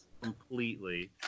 completely